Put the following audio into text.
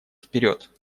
вперед